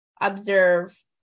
observe